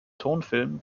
tonfilm